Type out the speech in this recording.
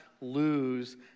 lose